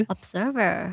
Observer